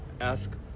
ask